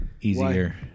Easier